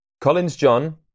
Collins-John